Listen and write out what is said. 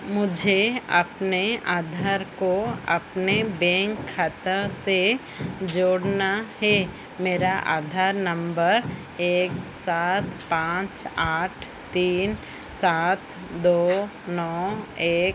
मुझे अपने आधर को अपने बेंक खाते से जोड़ना है मेरा आधार नंबर एक सात पाँच आठ तीन सात दो नौ एक